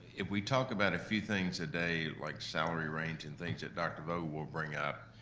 if we talk about a few things a day, like salary range and things that dr. vogel will bring up,